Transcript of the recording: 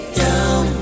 down